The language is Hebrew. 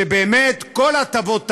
ובאמת כל ההטבות האלה,